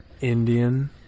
Indian